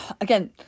again